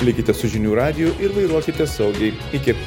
likite su žinių radiju ir vairuokite saugiai iki